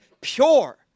pure